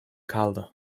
kaldı